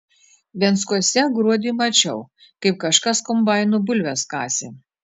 venckuose gruodį mačiau kaip kažkas kombainu bulves kasė